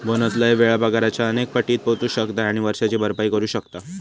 bonus लय वेळा पगाराच्या अनेक पटीत पोचू शकता आणि वर्षाची भरपाई करू शकता